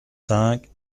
cinq